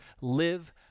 live